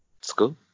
school